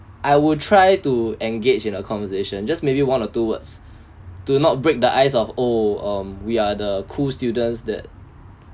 I would try to engage in a conversation just maybe one or two words do not break the ice of oh um we are the cool students that